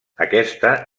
aquesta